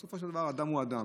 בסופו של דבר, אדם הוא אדם,